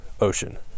ocean